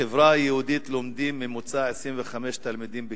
בחברה היהודית לומדים, בממוצע, 25 תלמידים בכיתה,